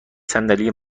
صندلی